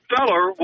Feller